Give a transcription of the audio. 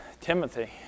Timothy